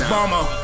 Bomber